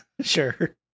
Sure